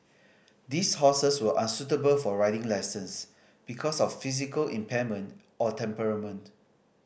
these horses were unsuitable for riding lessons because of physical impairment or temperament